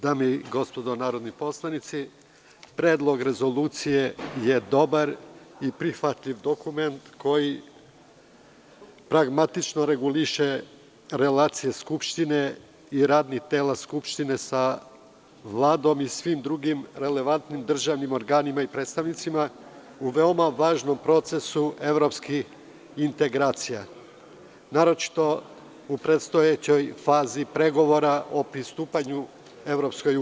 Dame i gospodo narodni poslanici, Predlog rezolucije je dobar i prihvatljiv dokument koji pragmatično reguliše relacije Skupštine i radnih tela Skupštine sa Vladom i svim drugim relevantnim državnim organima i predstavnicima u veoma važnom procesu evropskih integracija, naročito u predstojećoj fazi pregovora o pristupanju EU.